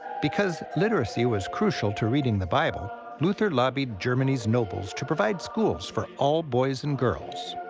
because literacy was crucial to reading the bible, luther lobbied germany's nobles to provide schools for all boys and girls.